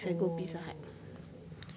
oh